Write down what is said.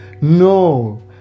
No